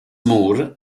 moore